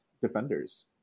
defenders